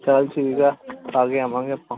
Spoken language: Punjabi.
ਚਲ ਠੀਕ ਆ ਖਾ ਕੇ ਆਵਾਂਗੇ ਆਪਾਂ